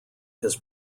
his